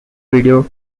video